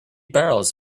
barrels